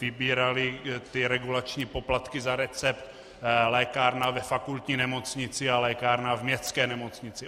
vybíraly regulační poplatky za recept lékárna ve fakultní nemocnici a lékárna v městské nemocnici.